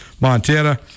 Montana